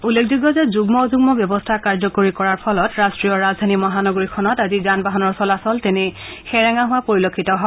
উল্লেখযোগ্য যে যুগ্ম অযুগ্ম ব্যৱস্থা কাৰ্যকৰী কৰাৰ ফলত ৰাষ্ট্ৰীয় ৰাজধানী মহানগৰীখনত আজি যানবাহনৰ চলাচল তেনেই সেৰেঙা হোৱা পৰিলক্ষিত হৈছে